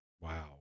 Wow